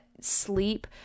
sleep